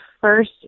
first